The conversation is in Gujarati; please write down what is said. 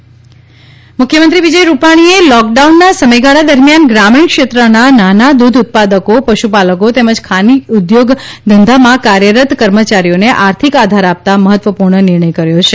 મુખ્યમંત્રી મુખ્યમંત્રી વિજયભાઇ રૂપાણીએ લોકડાઉનના સમયગાળા દરમિયાન ગ્રામીણ ક્ષેત્રના નાના દૂધ ઉત્પાદકો પશુપાલકો તેમજ ખાનગી ઊદ્યોગ ધંધામાં કાર્યરત કર્મચારીઓને આર્થિક આધાર આપતા મહત્વપૂર્ણ નિર્ણયો કર્યા છે